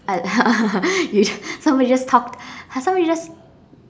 I you so we just t~ so we just